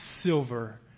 silver